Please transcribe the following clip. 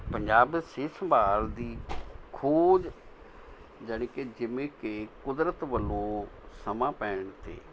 ਪੰਜਾਬ ਸਿਹਤ ਸੰਭਾਲ ਦੀ ਖੋਜ ਜਾਣੀ ਕਿ ਜਿਵੇਂ ਕਿ ਕੁਦਰਤ ਵੱਲੋਂ ਸਮਾਂ ਪੈਣ 'ਤੇ